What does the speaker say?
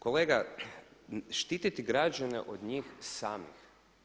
Kolega, štitit građane od njih samih.